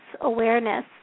awareness